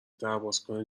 دربازکن